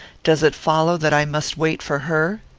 does it follow that i must wait for her?